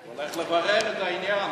הוא הולך לברר את העניין.